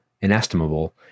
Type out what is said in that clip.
inestimable